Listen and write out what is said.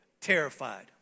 terrified